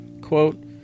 Quote